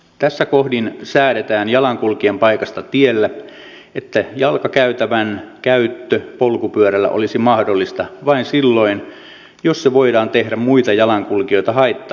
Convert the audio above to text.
tässä kohdin säädetään jalankulkijan paikasta tiellä että jalkakäytävän käyttö polkupyörällä olisi mahdollista vain silloin jos se voidaan tehdä muita jalankulkijoita haittaamatta